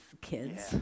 kids